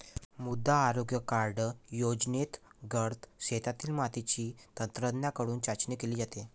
मृदा आरोग्य कार्ड योजनेंतर्गत शेतातील मातीची तज्ज्ञांकडून चाचणी केली जाते